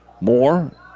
More